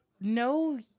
No